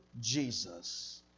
Jesus